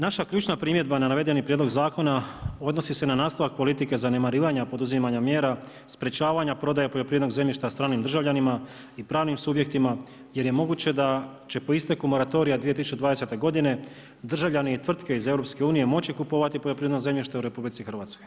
Naša ključna primjedba na navedeni prijedlog zakona odnosi se na nastavak politike zanemarivanja poduzimanja mjera, sprečavanja prodaje poljoprivrednog zemljišta stranim državljanima i pravnim subjektima jer je moguće da će po isteku moratorija 2020. godine državljani i tvrtke iz EU moći kupovati poljoprivrednog zemljište u RH.